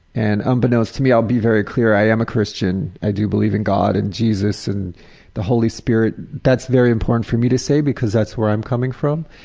and unbeknownst to me, i'll be very clear, i am a christian, i do believe in god and jesus and the holy spirit. that's very important for me to say because that's where i'm coming from.